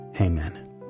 amen